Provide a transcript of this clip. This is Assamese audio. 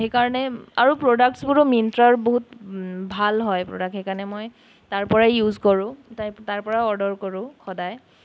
সেইকাৰণে আৰু প্ৰডাক্টছবোৰো মিণ্ট্ৰাৰ বহুত ভাল হয় প্ৰডাক্ট সেইকাৰণে মই তাৰপৰাই ইউজ কৰোঁ তাৰ তাৰপৰাই অৰ্ডাৰ কৰোঁ সদায়